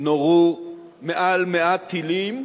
נורו יותר מ-100 טילים,